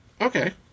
Okay